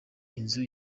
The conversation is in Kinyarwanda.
inzu